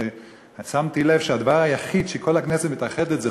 אבל שמתי לב שהדבר היחיד שכל הכנסת מתאחדת סביבו